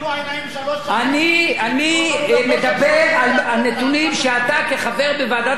אני מדבר על נתונים שאתה כחבר בוועדת הכספים יודע.